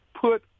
put